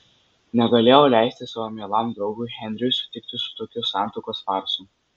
negalėjau leisti savo mielam draugui henriui sutikti su tokiu santuokos farsu